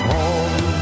Home